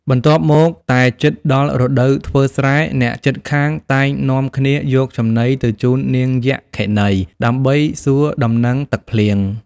បន្ទាប់មក តែជិតដល់រដូវធ្វើស្រែ អ្នកជិតខាង តែងនាំគ្នាយកចំណីទៅជូននាង យក្ខិនី ដើម្បីសួរដំណឹងទឹកភ្លៀង។